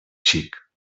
xic